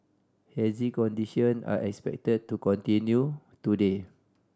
hazy condition are expected to continue today